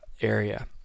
area